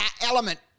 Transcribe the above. element